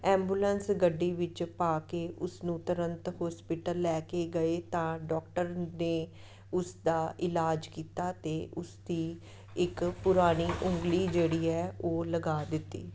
ambulance ਗੱਡੀ ਵਿੱਚ ਪਾ ਕੇ ਉਸਨੂੰ ਤੁਰੰਤ ਹੋਸਪੀਟਲ ਲੈ ਕੇ ਗਏ ਤਾਂ ਡੋਕਟਰ ਨੇ ਉਸ ਦਾ ਇਲਾਜ ਕੀਤਾ ਅਤੇ ਉਸਦੀ ਇੱਕ ਪੁਰਾਣੀ ਉਂਗਲੀ ਜਿਹੜੀ ਹੈ ਉਹ ਲਗਾ ਦਿੱਤੀ